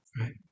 right